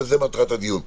וזו מטרת הדיון.